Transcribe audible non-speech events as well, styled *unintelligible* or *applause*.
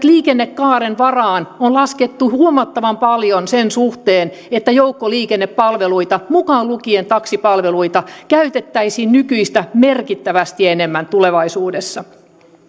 *unintelligible* liikennekaaren varaan on laskettu huomattavan paljon sen suhteen että joukkoliikennepalveluita mukaan lukien taksipalveluita käytettäisiin nykyistä merkittävästi enemmän tulevaisuudessa